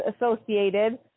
associated